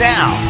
Now